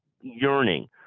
yearning